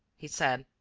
he said,